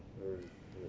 mm